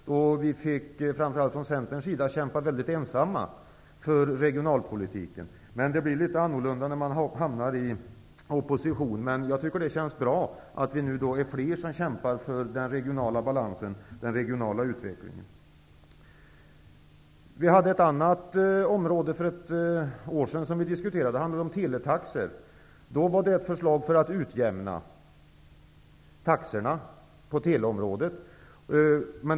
Vi fick framför allt från Centerns sida kämpa mycket ensamma för regionalpolitiken. Det blir litet annorlunda när man hamnar i opposition, men det känns bra att fler nu kämpar för den regionala balansen och den regionala utvecklingen. För ett år sedan diskuterade vi teletaxor. Då fanns det ett förslag om att utjämna taxorna på teleområdet.